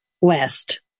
West